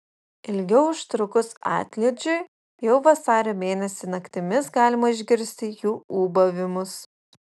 ilgiau užtrukus atlydžiui jau vasario mėnesį naktimis galima išgirsti jų ūbavimus